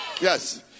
Yes